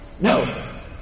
No